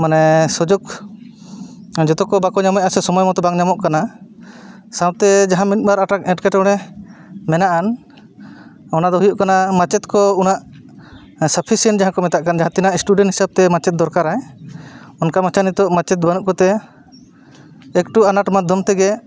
ᱢᱟᱱᱮ ᱥᱩᱡᱳᱜᱽ ᱡᱚᱛᱚᱠᱚ ᱵᱟᱠᱚ ᱧᱟᱢᱮᱜᱼᱟ ᱥᱮ ᱥᱚᱢᱚᱭ ᱢᱚᱛᱚ ᱵᱟᱝ ᱧᱟᱢᱚᱜ ᱠᱟᱱᱟ ᱥᱟᱶᱛᱮ ᱡᱟᱦᱟᱸ ᱢᱤᱫᱵᱟᱨ ᱮᱴᱠᱮᱴᱚᱬᱮ ᱢᱮᱱᱟᱜᱼᱟᱱ ᱚᱱᱟᱫᱚ ᱦᱩᱭᱩᱜ ᱠᱟᱱᱟ ᱢᱟᱪᱮᱫᱠᱚ ᱩᱱᱟᱹᱜ ᱥᱟᱯᱷᱤᱥᱮᱱ ᱡᱟᱦᱟᱸᱠᱚ ᱢᱮᱛᱟᱜᱠᱟᱱ ᱡᱟᱦᱟᱸ ᱛᱤᱱᱟᱹᱜ ᱤᱥᱴᱩᱰᱮᱱᱴ ᱦᱤᱥᱟᱹᱵᱽᱛᱮ ᱢᱟᱪᱮᱫ ᱫᱚᱨᱠᱟᱨᱟ ᱚᱱᱠᱟ ᱱᱤᱛᱚᱜ ᱢᱟᱪᱮᱫ ᱵᱟᱹᱱᱩᱜ ᱠᱚᱛᱮ ᱮᱠᱴᱩ ᱟᱱᱟᱴ ᱢᱟᱫᱽᱫᱷᱚᱢ ᱛᱮᱜᱮ